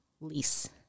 lease